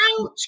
Ouch